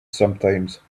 sometimes